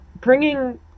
bringing